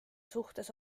suhtes